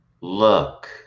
look